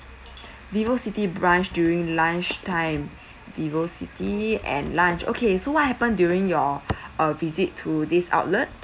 vivo city branch during lunch time vivo city and lunch okay so what happened during your uh visit to this outlet